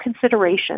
considerations